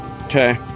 Okay